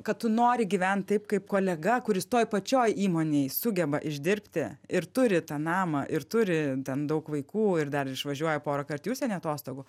kad tu nori gyvent taip kaip kolega kuris toj pačioj įmonėj sugeba išdirbti ir turi tą namą ir turi ten daug vaikų ir dar išvažiuoja porąkart į užsienį atostogų